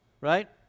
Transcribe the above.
Right